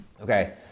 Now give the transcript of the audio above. Okay